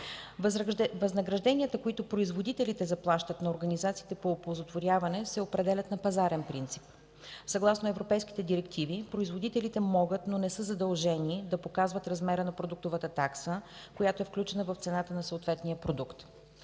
Възнагражденията, които производителите заплащат на организациите по оползотворяване, се определят на пазарен принцип. Съгласно европейските директиви, производителите могат, но не са задължени да показват размера на продуктовата такса, която е включена в цената на съответния продукт.